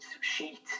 sheet